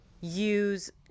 use